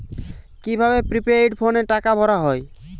কি ভাবে প্রিপেইড ফোনে টাকা ভরা হয়?